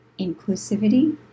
inclusivity